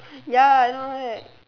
ya I know right